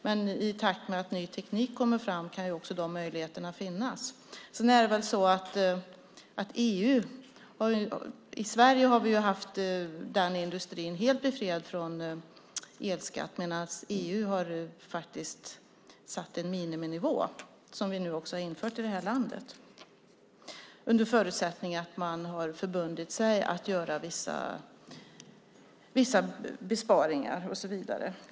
Men i takt med att ny teknik kommer fram kan också de möjligheterna finnas. I Sverige har vi haft den industrin helt befriad från elskatt medan EU har satt en miniminivå som vi också infört i landet. Det gäller under förutsättning att man förbinder sig att göra vissa besparingar, och så vidare.